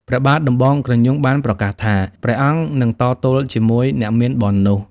ព្រះបាទដំបងក្រញូងបានប្រកាសថា ព្រះអង្គនឹងតទល់ជាមួយអ្នកមានបុណ្យនោះ ។